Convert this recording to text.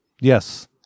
yes